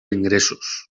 ingressos